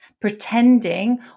pretending